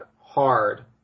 hard